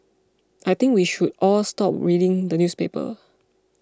I think we should all stop reading the newspaper